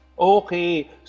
Okay